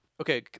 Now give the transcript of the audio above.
Okay